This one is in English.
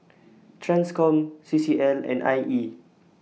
TRANSCOM C C L and I E